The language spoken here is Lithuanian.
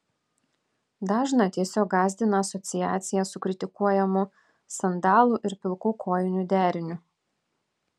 dažną tiesiog gąsdina asociacija su kritikuojamu sandalų ir pilkų kojinių deriniu